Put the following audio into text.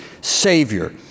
Savior